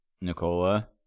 Nicola